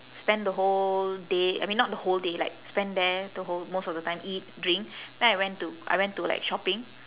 spend the whole day I mean not the whole day like spend there the whole most of the time eat drink then I went to I went to like shopping